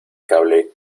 cable